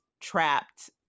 trapped